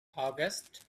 august